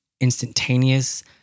instantaneous